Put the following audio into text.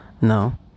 No